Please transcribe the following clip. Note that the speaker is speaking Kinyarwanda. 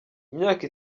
imyaka